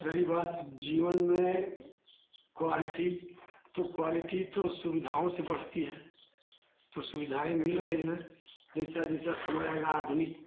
रही बात जीवन में क्वालिटी तो क्वालिटी तो सुविधाओं से बढ़ती है तो सुविधाएँ मिल रही हैं जैसा जैसा समय आएगा आधुनिक